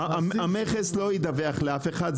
המכס לא ידווח לאף אחד,